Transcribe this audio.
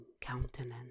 countenance